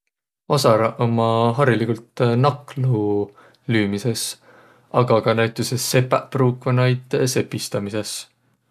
Vasaraq ummaq hariligult naklu lüümises. Aga ka näütüses sepäq pruukvaq näid sepistämises.